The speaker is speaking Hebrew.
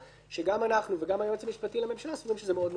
שגם אנחנו וגם היועץ המשפטי לממשלה סבורים שזה מאוד בעייתי.